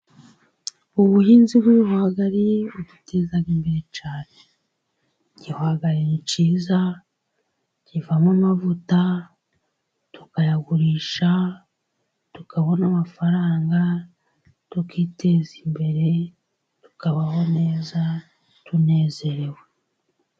Ubuhinzi bw’ibihwagari buduteza imbere cyane. Igihwagari ni cyiza kivamo amavuta, tukayagurisha tukabona amafaranga, tukiteza imbere, tukabaho neza, tunezerewe.